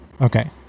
Okay